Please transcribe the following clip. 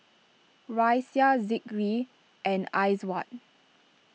Raisya Zikri and Aizat